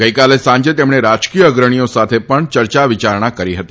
ગઈકાલે સાંજે તેમણે રાજકીય અગ્રણીઓ સાથે પણ ચર્ચા વિયારણા કરી હતી